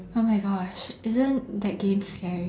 oh my gosh isn't that game scary